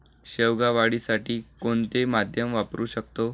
शेवगा वाढीसाठी कोणते माध्यम वापरु शकतो?